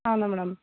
అవునా మ్యాడమ్